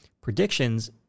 predictions